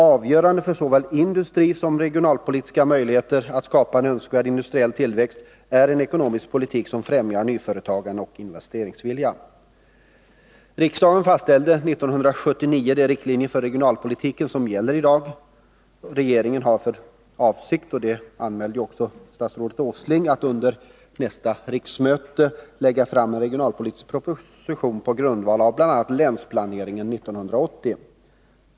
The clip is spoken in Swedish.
Avgörande för såväl industrisom regionalpolitikens möjligheter att skapa en önskvärd industriell tillväxt är en ekonomisk politik som främjar nyföretagandet och investeringsviljan. Riksdagen fastställde år 1979 de riktlinjer för regionalpolitiken som gäller i dag. Regeringen har för avsikt — det anmälde också statsrådet Åsling — att under nästa riksmöte lägga fram en regionalpolitisk proposition på grundval av bl.a. Länsplanering 1980.